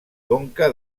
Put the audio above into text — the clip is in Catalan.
conca